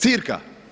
Cirka.